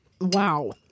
Wow